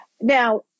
Now